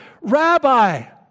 Rabbi